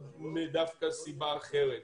אלא דווקא מסיבה אחרת.